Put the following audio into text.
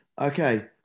Okay